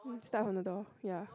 start from the door ya